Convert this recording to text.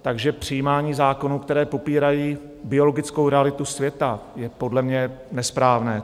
Takže přijímání zákonů, které popírají biologickou realitu světa, je podle mě nesprávné.